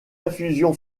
infusion